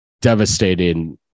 devastating